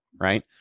right